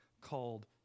called